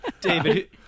David